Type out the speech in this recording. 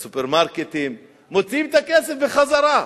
לסופרמרקטים, מוציאים את הכסף בחזרה.